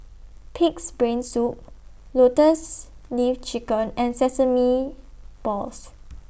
Pig'S Brain Soup Lotus Leaf Chicken and Sesame Balls